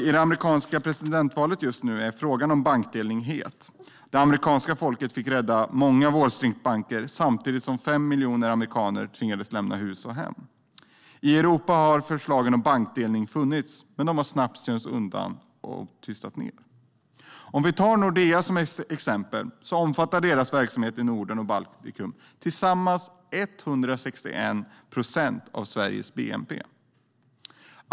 I det amerikanska presidentvalet är frågan om bankdelning het. Det amerikanska folket fick rädda många Wall Street-banker samtidigt som 5 miljoner amerikaner tvingades lämna hus och hem. I Europa har förslagen om bankdelning funnits, men de har snabbt gömts undan och tystats ned. Låt oss ta Nordea som exempel. Deras verksamhet i Norden och Baltikum omfattar tillsammans 161 procent av Sveriges bnp.